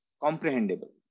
comprehensible